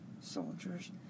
soldiers